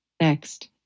Next